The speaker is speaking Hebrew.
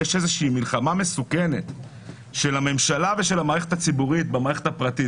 יש מלחמה מסוכנת של הממשלה ושל המערכת הציבורית במערכת הפרטית.